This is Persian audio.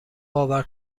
باور